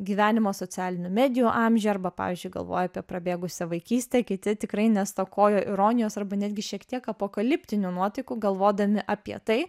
gyvenimą socialinių medijų amžiuj arba pavyzdžiui galvojo apie prabėgusią vaikystę kiti tikrai nestokojo ironijos arba netgi šiek tiek apokaliptinių nuotaikų galvodami apie tai